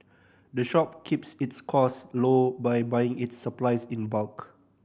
the shop keeps its costs low by buying its supplies in bulk